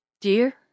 Dear